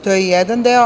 To je jedan deo.